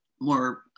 more